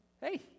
hey